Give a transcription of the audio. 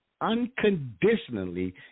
unconditionally